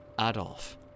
Adolf